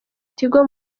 tigo